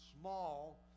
small